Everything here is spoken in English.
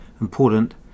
important